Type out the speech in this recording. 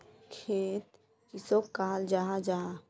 खेत किसोक कहाल जाहा जाहा?